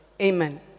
Amen